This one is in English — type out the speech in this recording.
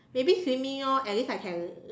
maybe swimming lor at least I can